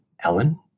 Ellen